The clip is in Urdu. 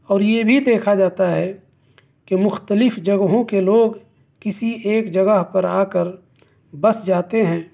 اور یہ بھی دیکھا جاتا ہے کہ مختلف جگہوں کے لوگ کسی ایک جگہ پر آ کر بس جاتے ہیں